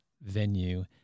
venue